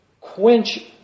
quench